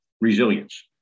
resilience